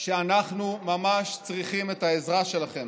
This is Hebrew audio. שאנחנו ממש צריכים את העזרה שלכם.